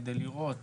כדי לראות,